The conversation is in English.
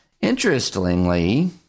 Interestingly